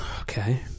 okay